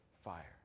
fire